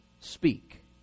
speak